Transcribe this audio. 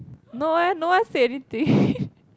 no eh no one said anything